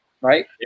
right